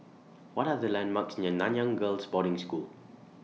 What Are The landmarks near Nanyang Girls' Boarding School